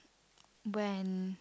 when